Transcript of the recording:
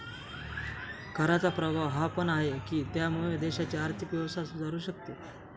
कराचा प्रभाव हा पण आहे, की त्यामुळे देशाची आर्थिक व्यवस्था सुधारू शकते